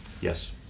Yes